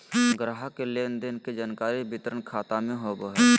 ग्राहक के लेन देन के जानकारी वितरण खाता में होबो हइ